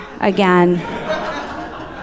again